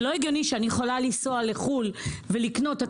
זה לא הגיוני שאני יכולה לנסוע לחו"ל ולקנות את המוצרים האלה.